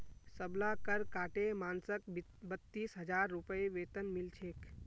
सबला कर काटे मानसक बत्तीस हजार रूपए वेतन मिल छेक